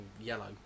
yellow